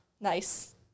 Nice